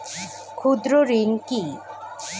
ক্ষুদ্র ঋণ কি?